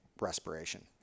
respiration